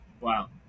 wow